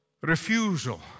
refusal